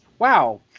Wow